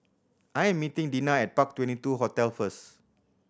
I am meeting Dinah at Park Twenty two Hotel first